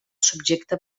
subjecte